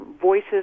voices